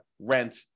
rent